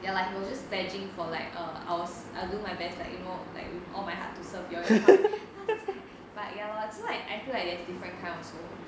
ya like he was just pledging for like err I was I'll do my best like you know like with all my heart to serve your income then I was like but ya lor so like I feel like there's different kind also